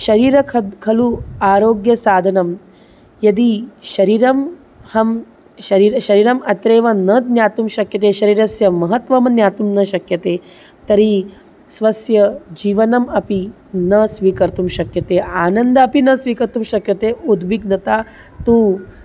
शरीरं खद् खलु आरोग्यसाधनं यदि शरीरम् अहं शरीरं शरीरम् अत्रैव न ज्ञातुं शक्यते शरीरस्य महत्त्वं ज्ञातुं न शक्यते तर्हि स्वस्य जीवनम् अपि न स्वीकर्तुं शक्यते आनन्दः अपि न स्वीकर्तुं शक्यते उद्विग्नता तु